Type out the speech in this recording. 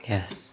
Yes